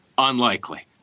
unlikely